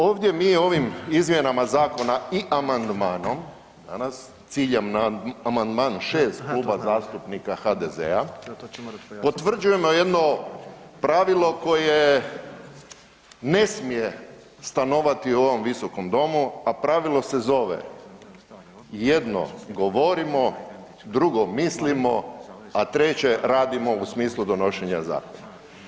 Ovdje mi ovim izmjenama zakona i amandmanom danas, ciljam na amandman 6. Klub zastupnika HDZ-a potvrđujemo jedno pravilo koje ne smije stanovati u ovom visokom domu, a pravilo se zove jedno govorimo, drugo mislimo, a treće radimo u smislu donošenja zakona.